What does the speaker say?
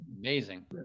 Amazing